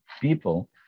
people